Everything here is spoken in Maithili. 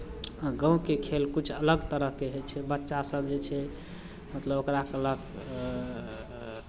आ गाँवके खेल किछु अलग तरहके होइ छै बच्चासभ जे छै मतलब ओकरा कहलक